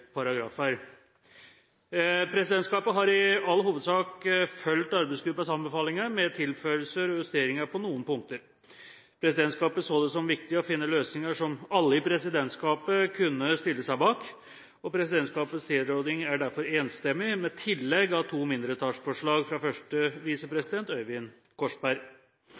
paragrafer. Presidentskapet har i all hovedsak fulgt arbeidsgruppens anbefalinger, med tilføyelser og justeringer på noen punkter. Presidentskapet så det som viktig å finne løsninger som alle i presidentskapet kunne stille seg bak, og presidentskapets tilråding er derfor enstemmig, med tillegg av to mindretallsforslag fra første visepresident, Øyvind Korsberg.